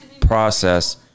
process